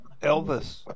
Elvis